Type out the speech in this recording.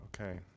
Okay